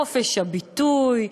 חופש הביטוי,